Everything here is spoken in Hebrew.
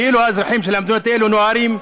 כאילו האזרחים של המדינות האלה נוהרים,